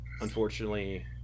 unfortunately